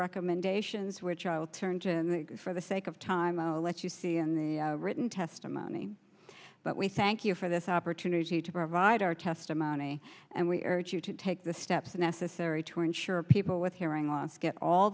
recommendations which i will turn to for the sake of time i'll let you see in the written testimony that we thank you for this opportunity to provide our testimony and we urge you to take the steps necessary to ensure people with hearing loss get all